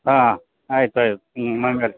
ಹಾಂ ಆಯ್ತು ಆಯ್ತು ನಿಮ್ಮ ಅಂಗಡಿ